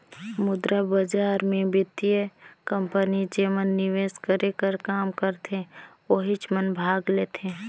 मुद्रा बजार मे बित्तीय कंपनी जेमन निवेस करे कर काम करथे ओहिच मन भाग लेथें